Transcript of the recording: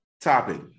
topic